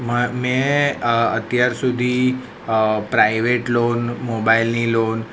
મા મેં અત્યાર સુધી પ્રાઇવેટ લોન મોબાઇલની લોન